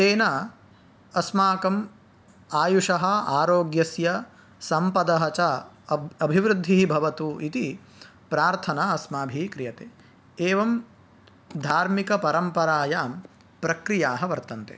तेन अस्माकम् आयुषः आरोग्यस्य सम्पदः च अब् अभिवृद्धिः भवतु इति प्रार्थना अस्माभिः क्रियते एवं धार्मिकपरम्परायां प्रक्रियाः वर्तन्ते